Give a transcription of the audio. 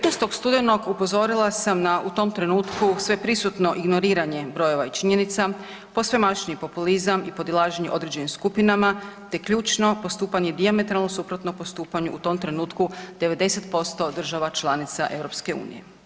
19. studenog upozorila sam u tom trenutku sve prisutno ignoriranje brojeva i činjenica, posvemašnji populizam i podilaženje određenim skupinama te ključno postupanje dijametralno postupanje u tom trenutku 90% država članica EU.